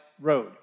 road